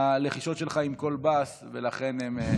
הלחישות שלך עם קול בס ולכן הן נשמעות.